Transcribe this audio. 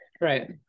Right